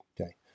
Okay